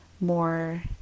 more